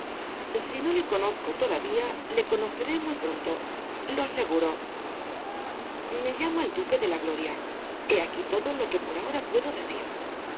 si no le conozco todavía le conoceré muy pronto lo aseguro el caballero de las botas azules me llamo el duque de la gloria h e aquí todo lo que por ahora puedo decir oh